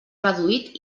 reduït